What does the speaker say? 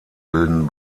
bilden